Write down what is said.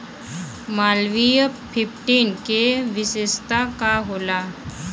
Malviya fifteen के विशेषता का होला?